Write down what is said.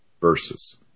verses